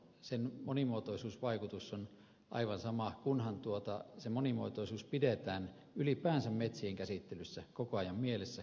sen monimuotoisuusvaikutus on aivan sama kunhan monimuotoisuus pidetään ylipäänsä metsien käsittelyssä koko ajan mielessä käyttötarkoituksesta riippumatta